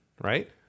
Right